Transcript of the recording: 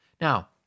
Now